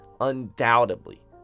undoubtedly